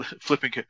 Flipping